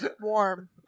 warm